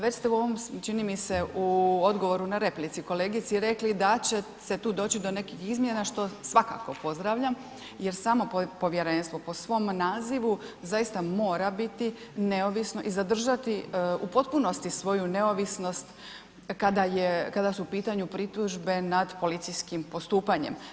Već ste u ovom, čini mi se u odgovoru na replici kolegici rekli da će se tu doći do nekih izmjena, što svakako pozdravljam jer samo povjerenstvo po svom nazivu zaista mora biti neovisno i zadržati u potpunosti svoju neovisnost kada je, kada su u pitanju pritužbe nad policijskim postupanjem.